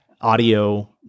audio